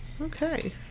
Okay